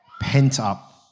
pent-up